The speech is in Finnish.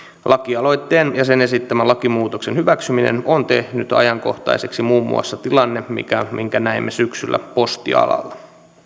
lakialoitteen ja sen esittämän lakimuutoksen hyväksymisen on tehnyt ajankohtaiseksi muun muassa tilanne minkä näimme syksyllä postialalla